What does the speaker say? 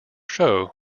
show